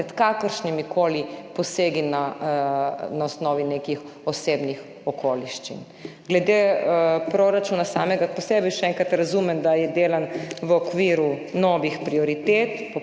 pred kakršnimi koli posegi na osnovi nekih osebnih okoliščin. Glede proračuna samega po sebi, še enkrat, razumem, da je delan v okviru novih prioritet